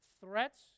Threats